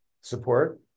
support